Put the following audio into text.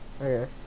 Okay